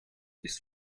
ist